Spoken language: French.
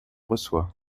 reçoit